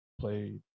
played